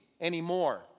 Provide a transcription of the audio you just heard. anymore